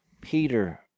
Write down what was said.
Peter